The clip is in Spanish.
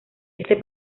este